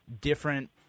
different